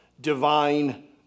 divine